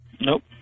Nope